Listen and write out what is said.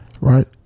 right